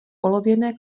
olověné